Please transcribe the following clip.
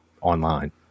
online